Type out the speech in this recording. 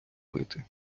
пити